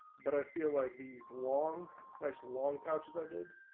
but i feel like these long as long passes i did